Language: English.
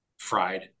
Fried